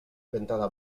ventada